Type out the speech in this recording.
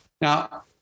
Now